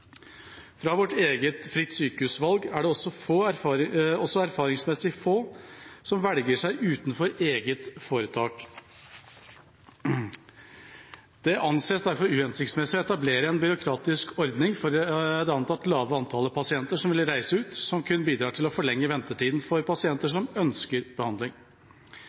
Fra vårt eget fritt sykehusvalg er det også erfaringsmessig få som velger seg utenfor eget foretak. Det anses derfor uhensiktsmessig å etablere en byråkratisk ordning for det antatt lave antallet pasienter som vil reise ut, som kun bidrar til å forlenge ventetiden for pasienter som ønsker behandling.